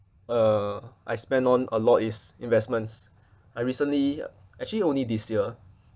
uh I spend on a lot is investments I recently actually only this year